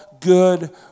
Good